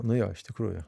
nu jo iš tikrųjų